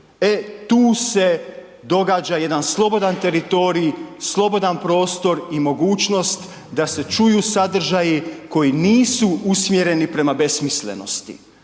E tu se događa jedan slobodan teritorij, slobodan prostor i mogućnost da se čuju sadržaji koji nisu usmjereni prema besmislenosti.